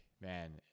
man